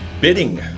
bidding